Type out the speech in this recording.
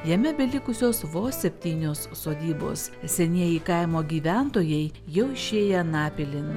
jame belikusios vos septynios sodybos senieji kaimo gyventojai jau išėję anapilin